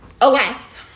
alas